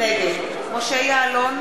נגד משה יעלון,